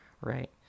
right